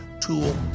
tool